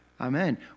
Amen